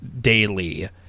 daily